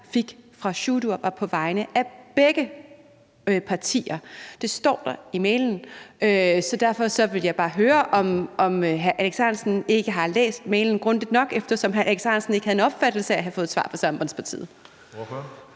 fik fra Sjúrður Skaale, på vegne af begge partier. Det står der i mailen. Så derfor ville jeg bare høre, om hr. Alex Ahrendtsen ikke har læst mailen grundigt nok, eftersom hr. Alex Ahrendtsen ikke havde en opfattelse af at have fået svar fra Sambandspartiet.